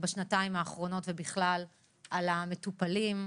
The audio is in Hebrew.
בשנתיים האחרונות ובכלל על המטופלים,